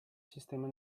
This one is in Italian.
sistema